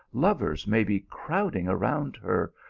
lovers may be crowding around her,